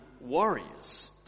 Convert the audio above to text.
warriors